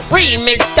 Remix